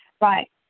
Right